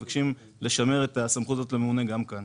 אנחנו מבקשים לשמר את הסמכות הזאת לממונה גם כאן.